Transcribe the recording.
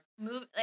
Move